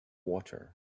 water